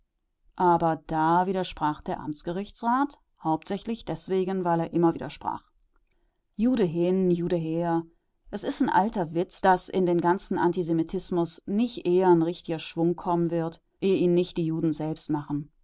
aber da widersprach der amtsgerichtsrat hauptsächlich deswegen weil er immer widersprach jude hin jude her es is n alter witz daß in den ganzen antisemitismus nich eher n richtiger schwung kommen wird ehe ihn nicht die juden selbst machen